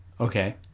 Okay